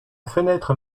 fenêtre